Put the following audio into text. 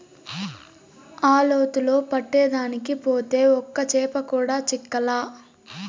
ఆ లోతులో పట్టేదానికి పోతే ఒక్క చేప కూడా చిక్కలా